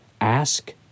ask